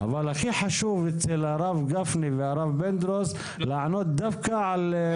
אבל הכי חשוב אצל הרב גפני והרב פינדרוס לקבל תשובה בקשר לסוגיית קרית